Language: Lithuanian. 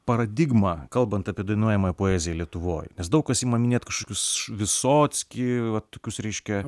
paradigma kalbant apie dainuojamąją poeziją lietuvoj nes daug kas ima minėt kažkokius vysockį va tokius reiškia